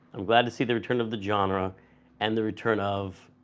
i'm glad to see the return of the genre and the return of